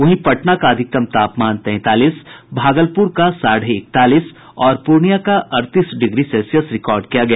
वहीं पटना का अधिकतम तापमान तैंतालीस भागलपुर का साढ़े इकतालीस और पूर्णियां का अड़तीस डिग्री सेल्सियस रिकॉर्ड किया गया